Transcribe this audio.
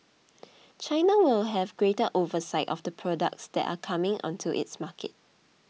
China will have greater oversight of the products that are coming onto its market